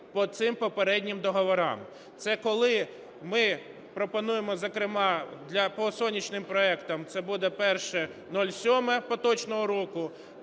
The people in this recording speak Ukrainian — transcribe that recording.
по цим попереднім договорам. Це коли ми пропонуємо, зокрема по сонячним проектам це буде 01.07 поточного року,